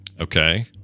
okay